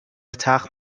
تخت